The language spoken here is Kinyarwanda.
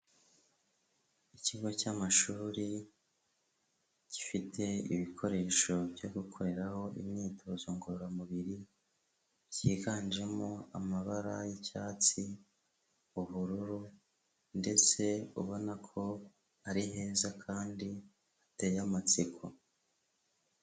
Ikigo cy'amashuri gifite ibikoresho byo gukoreraho imyitozo ngororamubiri byiganjemo amabara y'icyatsi, ubururu, ndetse ubona ko ari heza kandi hateye amatsiko.